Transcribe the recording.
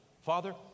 Father